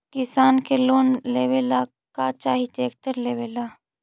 किसान के लोन लेबे ला का चाही ट्रैक्टर लेबे ला?